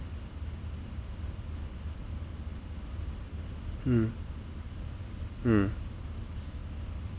mm mm